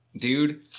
Dude